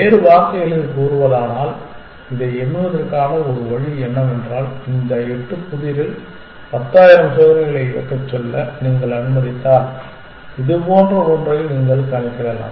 வேறு வார்த்தைகளில் கூறுவதானால் இதை எண்ணுவதற்கான ஒரு வழி என்னவென்றால் இந்த 8 புதிரில் 10000 சோதனைகளை இயக்கச் சொல்ல நீங்கள் அனுமதித்தால் இதுபோன்ற ஒன்றை நீங்கள் கணக்கிடலாம்